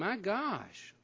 my gosh